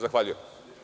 Zahvaljujem.